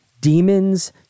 Demons